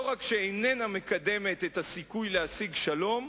לא רק שאיננה מקדמת את הסיכוי להשיג שלום,